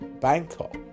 Bangkok